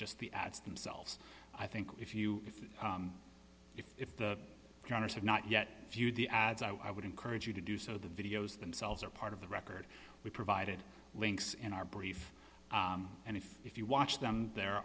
just the ads themselves i think if you if the owners have not yet viewed the ads i would encourage you to do so the videos themselves are part of the record we provided links in our brief and if if you watch them there